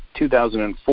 2004